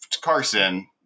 Carson